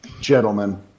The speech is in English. Gentlemen